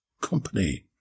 company